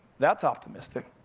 that's optimistic.